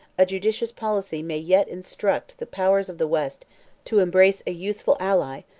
a judicious policy may yet instruct the powers of the west to embrace a useful ally,